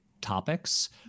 topics